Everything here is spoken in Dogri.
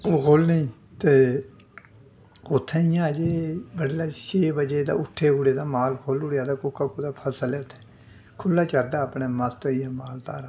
ओह् खोह्लने गी ते उत्थै इ'यां ऐ जे बडलै छे बजे ते उट्ठे ओड़ै ते माल खोह्ल्ली ओड़ेआ कोह्का कुुतै फसल ऐ उत्थै खु'ल्ला चरदा अपने मस्त होइयै माल धारा